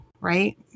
right